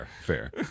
fair